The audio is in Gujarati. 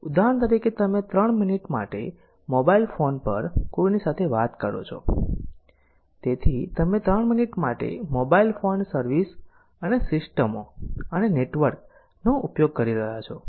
ઉદાહરણ તરીકે તમે 3 મિનિટ માટે મોબાઇલ ફોન પર કોઇની સાથે વાત કરો છો તેથી તમે 3 મિનિટ માટે મોબાઇલ ફોન સર્વિસ અને સિસ્ટમો અને નેટવર્ક નો ઉપયોગ કરી રહ્યા છો